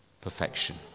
perfection